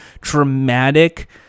dramatic